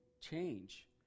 change